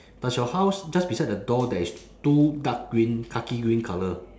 does your house just beside the door there is two dark green khaki green colour